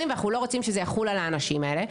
ואנחנו לא רוצים שזה יחול על האנשים האלה.